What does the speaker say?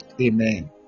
Amen